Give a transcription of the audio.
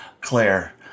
Claire